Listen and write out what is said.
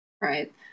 right